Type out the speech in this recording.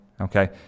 okay